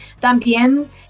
También